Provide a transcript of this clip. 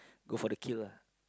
go for the kill lah